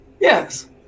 Yes